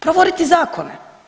Provoditi zakone.